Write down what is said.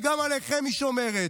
כי גם עליכם היא שומרת.